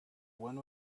one